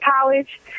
college